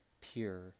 pure